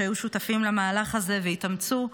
שהיו שותפים למהלך הזה והתאמצו.